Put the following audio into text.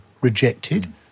rejected